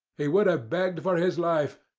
he would have begged for his life,